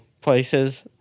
places